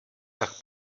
tak